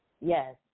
yes